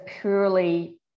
purely